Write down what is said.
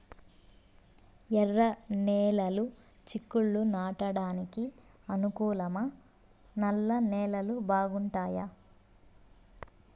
ఎర్రనేలలు చిక్కుళ్లు నాటడానికి అనుకూలమా నల్ల నేలలు బాగుంటాయా